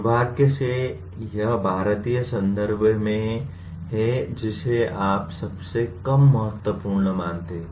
दुर्भाग्य से यह भारतीय संदर्भ में है जिसे आप सबसे कम महत्वपूर्ण मानते हैं